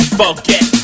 forget